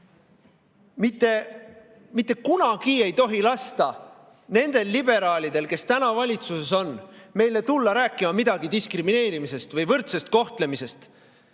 tohib. Mitte kunagi ei tohi lasta nendel liberaalidel, kes täna valitsuses on, meile tulla rääkima midagi diskrimineerimisest või võrdsest kohtlemisest.